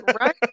right